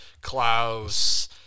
Klaus